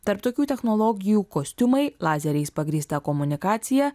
tarp tokių technologijų kostiumai lazeriais pagrįsta komunikacija